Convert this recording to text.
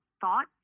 thought